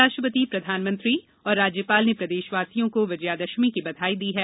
राष्ट्रपति प्रधानमंत्री और राज्यपाल ने प्रदेशवासियों को विजयमादशमी की बधाई दी है